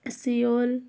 Seoul